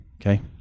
Okay